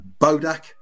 Bodak